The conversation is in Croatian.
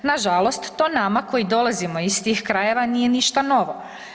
Nažalost to nama koji dolazimo iz tih krajeva nije ništa novo.